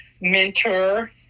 mentor